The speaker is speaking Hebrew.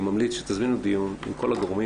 אני ממליץ שתזמינו דיון עם כל הגורמים